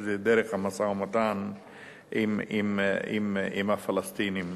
וזו דרך המשא-ומתן עם הפלסטינים.